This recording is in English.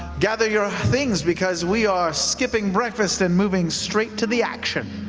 gather your things because we are skipping breakfast and moving straight to the action.